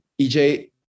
EJ